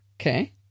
Okay